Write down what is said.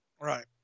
Right